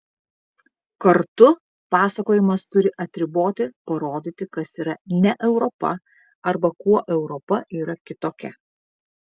kartu pasakojimas turi atriboti parodyti kas yra ne europa arba kuo europa yra kitokia